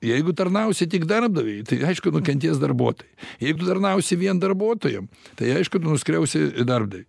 jeigu tarnausi tik darbdaviui tai aišku nukentės darbuotojai jeigu tarnausi vien darbuotojam tai aišku nuskriausi darbdavį